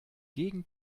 gegen